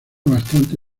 bastante